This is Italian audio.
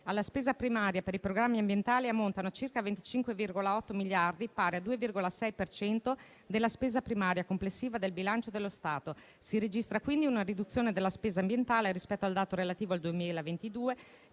alla spesa primaria per i programmi ambientali ammontano a circa 25,8 miliardi, pari al 2,6 per cento della spesa primaria complessiva del bilancio dello Stato. Si registra quindi una riduzione della spesa ambientale rispetto al dato relativo al 2022,